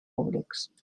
públics